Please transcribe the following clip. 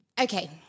okay